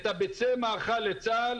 את ביצי המאכל לצה"ל,